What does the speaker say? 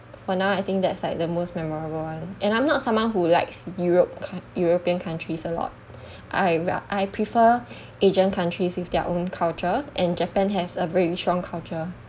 for now I think that's like the most memorable one and I'm not someone who likes europe cou~ european countries a lot I I prefer asian countries with their own culture and japan has a very strong culture